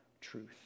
truth